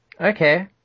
Okay